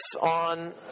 on